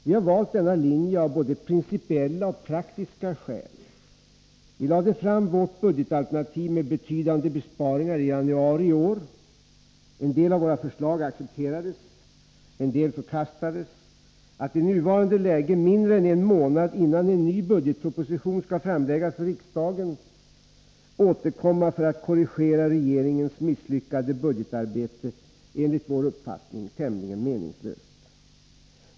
Vi har valt denna linje av både principiella och praktiska skäl. Vi lade fram vårt budgetalternativ med betydande besparingar i januari iår. En del av våra förslag accepterades, en del förkastades. Att i nuvarande läge — mindre än en månad innan en ny budgetproposition skall framläggas för riksdagen — återkomma för att korrigera regeringens misslyckade budgetarbete är enligt vår uppfattning tämligen meningslöst.